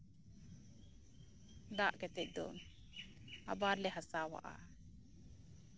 ᱫᱟᱜ ᱠᱟᱛᱮ ᱫᱚ ᱟᱵᱟᱨ ᱞᱮ ᱦᱟᱥᱟᱣᱟᱜᱼᱟ